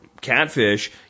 catfish